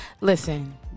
listen